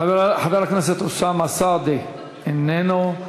חבר הכנסת אוסאמה סעדי, איננו.